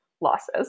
losses